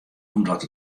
omdat